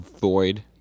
void